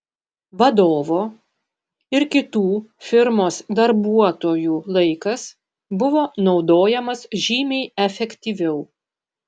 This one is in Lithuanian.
vadovo ir kitų firmos darbuotojų laikas buvo naudojamas žymiai efektyviau